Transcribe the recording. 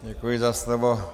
Děkuji za slovo.